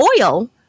oil